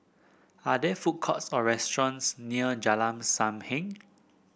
are there food courts or restaurants near Jalan Sam Heng